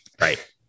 Right